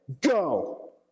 go